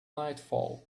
nightfall